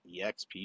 EXP